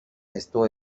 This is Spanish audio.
esto